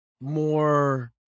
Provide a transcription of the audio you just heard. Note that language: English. more